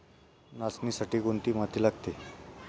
नाचणीसाठी कोणती माती लागते?